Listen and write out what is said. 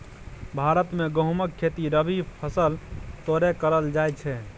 भारत मे गहुमक खेती रबी फसैल तौरे करल जाइ छइ